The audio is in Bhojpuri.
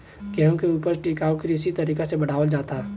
गेंहू के ऊपज टिकाऊ कृषि तरीका से बढ़ावल जाता